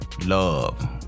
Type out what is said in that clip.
love